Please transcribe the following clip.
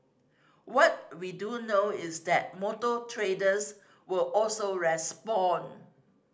what we do know is that motor traders will also respond